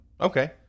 Okay